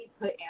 put